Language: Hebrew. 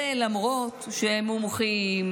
למרות שמומחים,